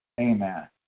amen